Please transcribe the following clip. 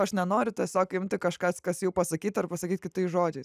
aš nenoriu tiesiog imti kažkas kas jau pasakyta ir pasakyt kitais žodžiais